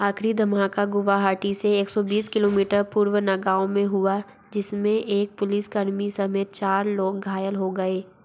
आखिरी धमाका गुवाहाटी से एक सौ बीस किलोमीटर पूर्व नगाँव में हुआ जिसमें एक पुलिसकर्मी समेत चार लोग घायल हो गए